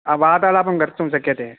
वार्तालापं कर्तुं शक्यते